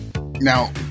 Now